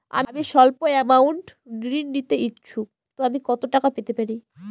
আমি সল্প আমৌন্ট ঋণ নিতে ইচ্ছুক তো আমি কত টাকা পেতে পারি?